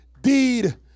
deed